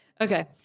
Okay